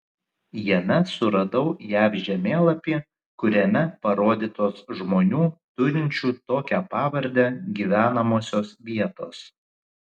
jame suradau jav žemėlapį kuriame parodytos žmonių turinčių tokią pavardę gyvenamosios vietos